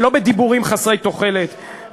ולא בדיבורים חסרי תוחלת.